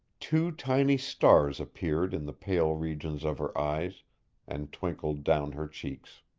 two tiny stars appeared in the pale regions of her eyes and twinkled down her cheeks.